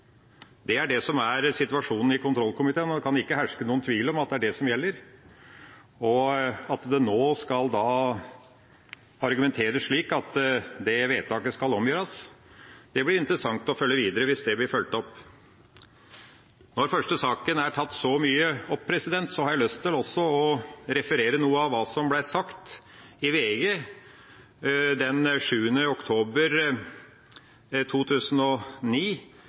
Det er det som er situasjonen i kontrollkomiteen, og det kan ikke herske noen tvil om at det er det som gjelder. At det nå argumenteres for at det vedtaket skal omgjøres, blir interessant å følge videre hvis det blir fulgt opp. Når først saken er tatt så mye opp, har jeg også lyst til å referere noe av hva som ble sagt i VG den 7. oktober 2009,